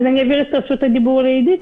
אעביר את זכות הדיבור לעידית.